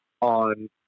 on